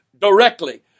directly